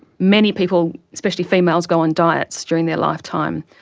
many people, especially females, go on diets during their lifetime.